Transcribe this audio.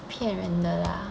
骗人的啦